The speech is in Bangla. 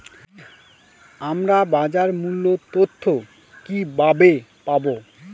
আমরা বাজার মূল্য তথ্য কিবাবে পাবো?